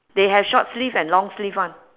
they have short sleeve and long sleeve one